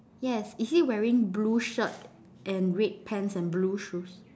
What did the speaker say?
yes is he wearing blue shirt and red pants and blue shoes